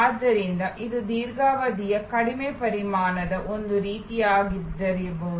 ಆದ್ದರಿಂದ ಇದು ದೀರ್ಘಾವಧಿಯ ಕಡಿಮೆ ಪರಿಮಾಣದ ಒಂದು ಪ್ರಕಾರದ್ದಾಗಿರಬಹುದು